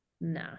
no